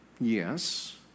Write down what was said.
Yes